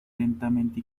lentamente